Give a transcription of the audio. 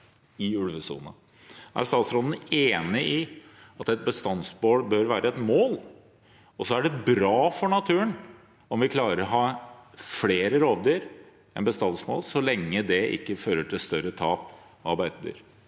statsråden enig i at et bestandsmål bør være et mål? Det er bra for naturen om vi klarer å ha flere rovdyr enn bestandsmålet, så lenge det ikke fører til større tap av beitedyr.